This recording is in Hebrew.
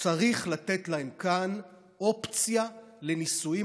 צריך לתת להם כאן אופציה לנישואים